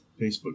Facebook